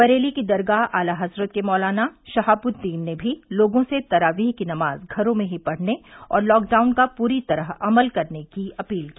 बरेली के दरगाह आला हजरत के मौलाना शहाबुददीन ने भी लोगों से तरावीह की नमाज घरों में ही पढ़ने और लॉकडाउन का पूरी तरह अमल करने की अपील की